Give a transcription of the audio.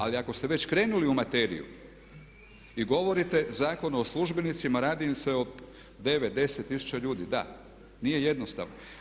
Ali ako ste već krenuli u materiju i govorite Zakon o službenicima, radi im se o 9, 10 tisuća ljudi, da, nije jednostavno.